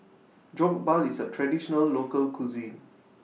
Jokbal IS A Traditional Local Cuisine